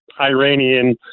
iranian